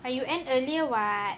ah you end earlier [what]